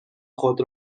خود